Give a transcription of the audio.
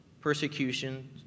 persecution